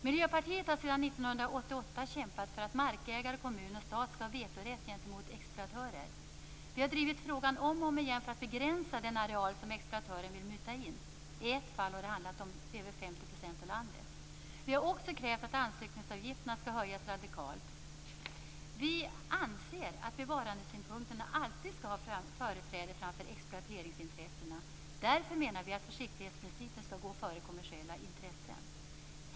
Miljöpartiet har sedan 1988 kämpat för att markägare, kommun och stat skall ha vetorätt gentemot exploatörer. Vi har drivit frågan om och om igen för att begränsa den areal som exploatören vill muta in. I ett fall har det handlat om över 50 % av landet. Vi har också krävt att ansökningsavgifterna skall höjas radikalt. Vi anser att bevarandesynpunkterna alltid skall ha företräde framför exploateringsintressena. Därför menar vi att försiktighetsprincipen skall gå före kommersiella intressen.